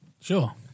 Sure